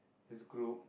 this group